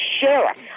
sheriff